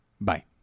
Bye